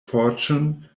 fortune